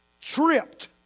tripped